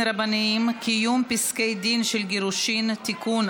רבניים (קיום פסקי דין של גירושין) (תיקון,